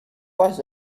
was